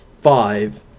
five